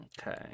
Okay